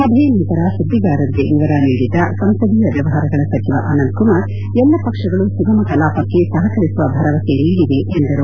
ಸಭೆಯ ನಂತರ ಸುದ್ದಿಗಾರರಿಗೆ ವಿವರ ನೀಡಿದ ಸಂಸದೀಯ ವ್ಯವಹಾರಗಳ ಸಚಿವ ಅನಂತಕುಮಾರ್ ಎಲ್ಲಾ ಪಕ್ಷಗಳು ಸುಗಮ ಕಲಾಪಕ್ಕೆ ಸಪಕರಿಸುವ ಭರವಸೆ ನೀಡಿವೆ ಎಂದರು